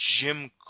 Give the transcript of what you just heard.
Jim